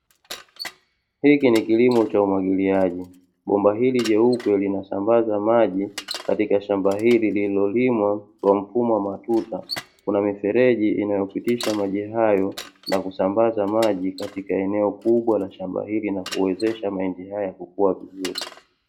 Hiki ni kilimo cha umwagiliaji, bomba hili jeupe linasambaza maji katika shamba hili lililolimwa kwa mfumo wa matuta, kuna mifereji inayopitisha maji hayo na kusambaza maji katika eneo kubwa la shamba hili na kuwezesha mahindi haya kukua vizuri.